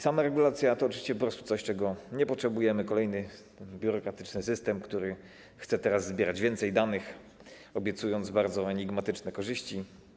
Sama regulacja to oczywiście coś, czego nie potrzebujemy, kolejny biurokratyczny system, który chce teraz zbierać więcej danych, obiecując bardzo enigmatyczne korzyści.